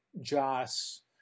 Joss